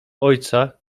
ojca